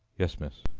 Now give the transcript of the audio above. yes, miss.